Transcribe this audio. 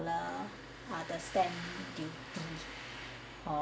~ler ah the stamp duty